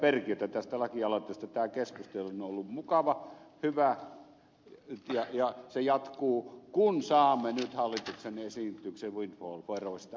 perkiötä tästä lakialoitteesta tämä keskustelu on ollut mukava hyvä ja se jatkuu kun saamme nyt hallituksen esityksen windfall veroista